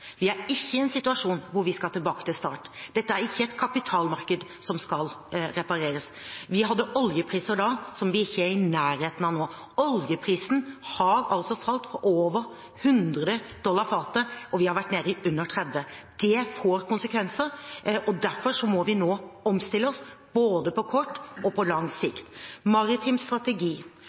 Vi er ikke i en situasjon hvor vi skal tilbake til start. Dette er ikke et kapitalmarked som skal repareres. Vi hadde oljepriser da som vi ikke er i nærheten av nå. Oljeprisen har altså falt fra over 100 dollar fatet, og vi har vært nede i under 30. Det får konsekvenser, og derfor må vi nå omstille oss både på kort og på lang sikt. Maritim strategi,